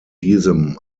diesem